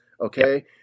okay